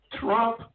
Trump